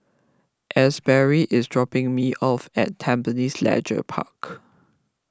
Asberry is dropping me off at Tampines Leisure Park